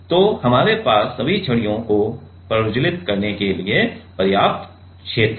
तो हमारे पास सभी छड़ियों को प्रज्वलित करने के लिए पर्याप्त क्षेत्र है